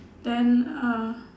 then uh